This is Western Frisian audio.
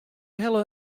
helle